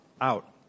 out